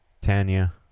Tanya